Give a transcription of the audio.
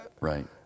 Right